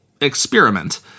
experiment